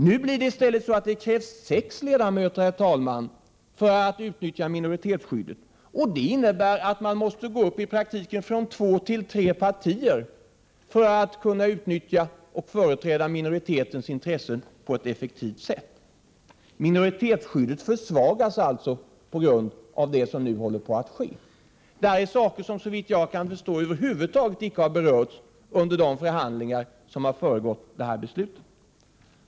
Nu kommer det i stället att krävas sex ledamöter, herr talman, för att utnyttja minoritetsskyddet. Och det innebär att man måste öka antalet partier från två till tre för att kunna utnyttja och företräda minoritetens intressen på ett effektivt sätt. Minoritetsskyddet försvagas alltså på grund av det som nu håller på att ske. Det här är saker som, såvitt jag kan förstå, över huvud taget icke har berörts under de förhandlingar som har föregått detta beslut.